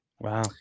Wow